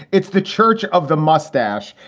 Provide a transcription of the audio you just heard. it's the church of the mustache.